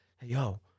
yo